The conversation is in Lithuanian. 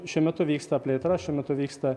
šiuo metu vyksta plėtra šiuo metu vyksta